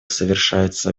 совершаются